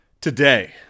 Today